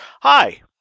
Hi